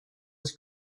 des